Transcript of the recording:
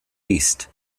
east